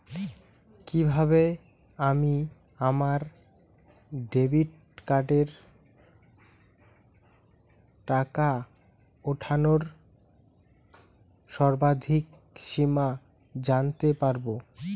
কিভাবে আমি আমার ডেবিট কার্ডের টাকা ওঠানোর সর্বাধিক সীমা জানতে পারব?